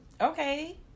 okay